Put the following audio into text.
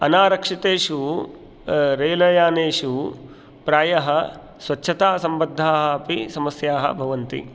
अनारक्षितेषु रेलयानेषु प्रायः स्वच्छतासम्बद्धाः अपि समस्याः भवन्ति